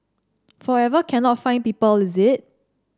forever cannot find people is it